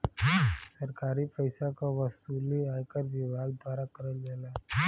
सरकारी पइसा क वसूली आयकर विभाग द्वारा करल जाला